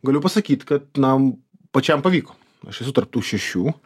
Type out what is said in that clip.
galiu pasakyt kad na pačiam pavyko aš esu tarp tų šešių